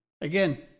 Again